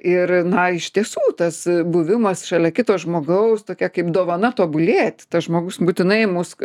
ir na iš tiesų tas buvimas šalia kito žmogaus tokia kaip dovana tobulėti tas žmogus būtinai mus